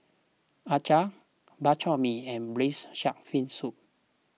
Acar Bak Chor Mee and Braised Shark Fin Soup